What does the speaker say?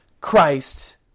Christ